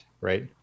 right